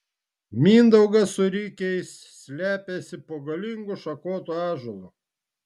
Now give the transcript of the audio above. mindaugas su rikiais slepiasi po galingu šakotu ąžuolu